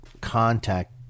contact